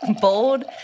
Bold